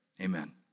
amen